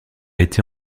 été